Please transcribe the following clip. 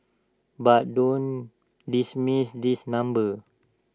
but don't dismiss this number